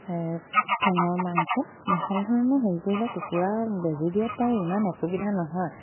ঠেঙৰ মাংসত ভাল ধৰণে হেৰি কৰিলে কুকুৰা বেজি দিয়াত বাৰো ইমান অসুবিধা নহয়